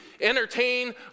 entertain